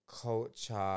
culture